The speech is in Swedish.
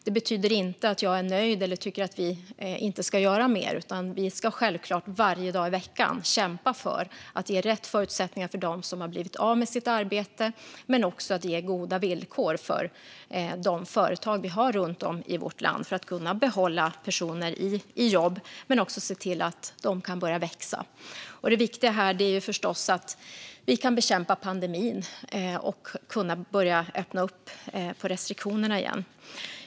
Det betyder inte att jag är nöjd eller tycker att vi inte ska göra mer; vi ska självklart, varje dag i veckan, kämpa för att ge rätt förutsättningar till dem som har blivit av med sitt arbete och för att ge goda villkor till de företag vi har runt om i vårt land så att de kan behålla personer i jobb och även börja växa. Det viktiga här är förstås att vi kan bekämpa pandemin och börja lätta upp restriktionerna igen.